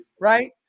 Right